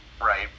right